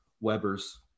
Weber's